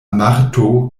marto